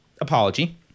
apology